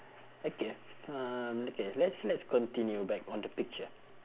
okay um okay let's let's continue back on the picture